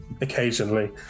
occasionally